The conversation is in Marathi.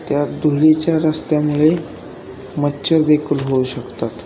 त्या धुळीच्या रस्त्यामुळे मच्छर देखील होऊ शकतात